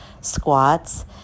squats